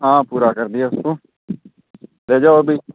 हाँ पूरा कर दिया उसको ले जाओ अभी